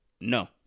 No